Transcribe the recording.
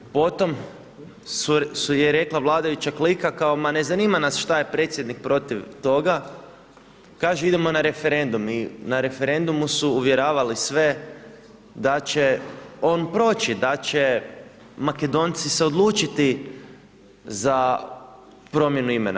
Potom je rekla vladajuća klika, kao ma ne zanima nas što je predsjednik protiv toga, kaže idemo na referendum i na referendumu su uvjeravali sve da će on proći, da će Makedonci se odlučiti za promjenu imena.